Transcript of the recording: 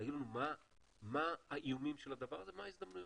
שיגידו מה האיומים של הדבר הזה ומה ההזדמנויות.